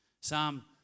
Psalm